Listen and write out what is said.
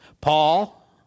Paul